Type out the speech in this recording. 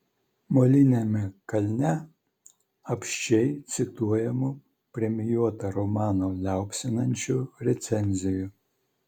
moliniame kalne apsčiai cituojamų premijuotą romaną liaupsinančių recenzijų